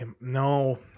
no